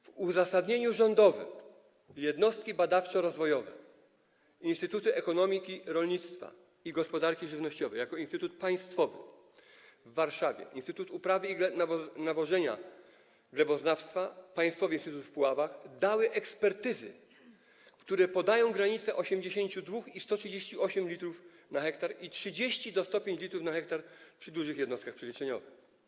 W uzasadnieniu rządowym jednostki badawczo-rozwojowe, Instytut Ekonomiki, Rolnictwa i Gospodarki Żywnościowej jako instytut państwowy w Warszawie, Instytut Uprawy, Nawożenia i Gleboznawstwa - państwowy instytut w Puławach, dały ekspertyzy, które podają granice 82 l i 138 l na 1 ha i 30 l do 105 l na 1 ha przy dużych jednostkach przeliczeniowych.